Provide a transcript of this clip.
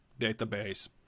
database